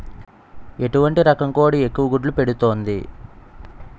ఎటువంటి రకం కోడి ఎక్కువ గుడ్లు పెడుతోంది?